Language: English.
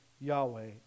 Yahweh